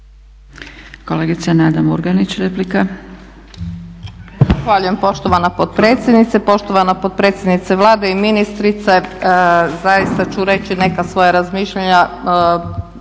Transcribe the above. **Murganić, Nada (HDZ)** Zahvaljujem poštovana potpredsjednice. Poštovana potpredsjednice Vlade i ministrice zaista ću reći neka svoja razmišljanja